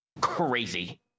crazy